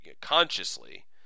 consciously